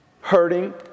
Hurting